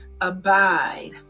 abide